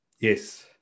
Yes